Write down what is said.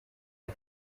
aya